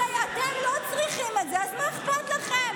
הרי אתם לא צריכים את זה, אז מה אכפת לכם?